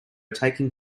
taking